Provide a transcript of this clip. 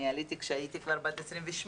אני עליתי כשהייתי כבר בת 28,